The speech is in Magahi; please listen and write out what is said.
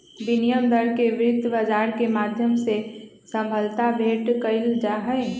विनिमय दर के वित्त बाजार के माध्यम से सबलता भेंट कइल जाहई